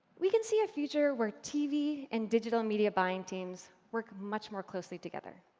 we can see a future where tv and digital media buying teams work much more closely together.